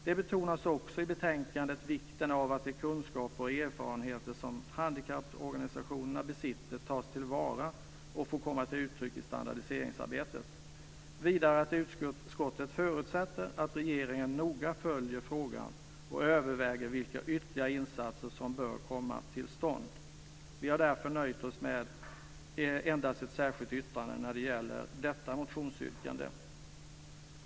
Det betonas också i betänkandet vikten av att de kunskaper och erfarenheter som handikapporganisationerna besitter tas till vara och får komma till uttryck i standardiseringsarbetet, och vidare att utskottet förutsätter att regeringen noga följer frågan och överväger vilka ytterligare insatser som bör komma till stånd. Vi har därför nöjt oss med endast ett särskilt yttrande när det gäller detta motionsyrkande.